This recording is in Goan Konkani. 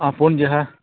आं पोणजे आहा